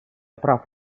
прав